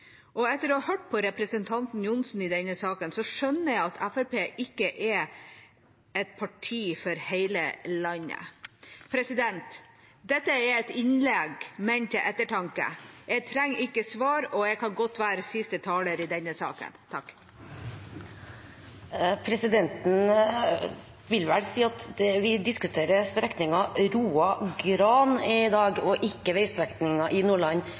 og etter å ha hørt på representanten Johnsen i denne saken skjønner jeg at Fremskrittspartiet ikke er et parti for hele landet. Dette er et innlegg ment til ettertanke. Jeg trenger ikke svar, og jeg kan godt være siste taler i denne saken. Presidenten vil vel si at vi diskuterer strekningen Roa–Gran i dag, og ikke veistrekninger i Nordland,